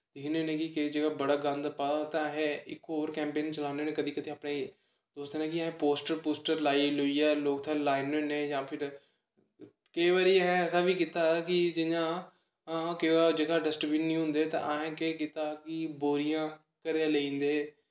दिक्खने होने कि केईं जगहें पर बड़ा गंद पाए दा होऐ ते उत्थें असें इक होर कैंपेन चलान्ने होने कदीं कदीं अपने दोस्तें नै असें पोस्टर पूस्टर लाई लुइयै उत्थें लाई ओड़नें होने जां फिर केईं बारी असें ऐसा बी कीता कि जि'यां केईं जगहां डस्टबिन निं होंदे ते असें केह् कीता कि बोरियां घरै दा लेई जंदे